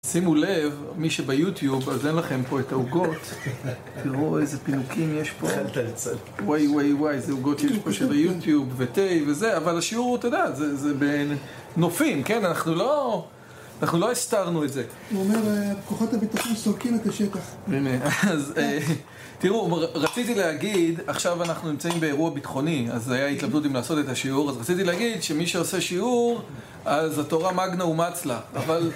שימו לב, מי שביוטיוב, אז אין לכם פה את העוגות תראו איזה פינוקים יש פה וואי וואי וואי איזה עוגות יש פה של היוטיוב ותה וזה אבל השיעור הוא, אתה יודע, זה בן... נופים, כן? אנחנו לא... אנחנו לא הסתרנו את זה הוא אומר, כוחות הביטחון סורקים את השטח באמת, אז... תראו, רציתי להגיד עכשיו אנחנו נמצאים באירוע ביטחוני אז זה היה התלבטות אם לעשות את השיעור אז רציתי להגיד שמי שעושה שיעור אז התורה מגנה ומצלה אבל-